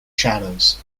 shadows